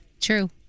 True